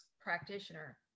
practitioner